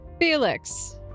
Felix